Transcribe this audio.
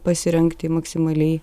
pasirengti maksimaliai